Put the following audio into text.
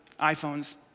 iPhones